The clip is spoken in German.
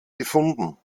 gefunden